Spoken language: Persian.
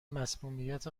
مصمومیت